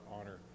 honor